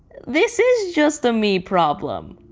this is just a me problem.